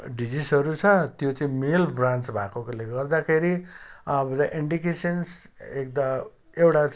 डिजिसहरू छ त्यो चाहिँ मेल ब्रान्च भएकोले गर्दाखेरि अब इन्डिकेसन्स एक एउटा